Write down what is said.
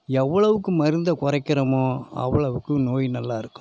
எவ்வளவுக்கு மருந்தை குறைக்கிறமோ அவ்வளோவுக்கும் நோய் நல்லா இருக்கும்